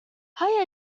higher